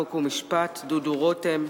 חוק ומשפט דודו רותם,